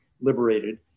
liberated